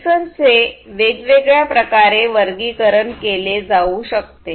सेन्सरचे वेगवेगळ्या प्रकारे वर्गीकरण केले जाऊ शकते